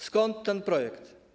Skąd ten projekt?